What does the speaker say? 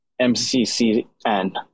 MCCN